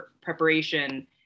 preparation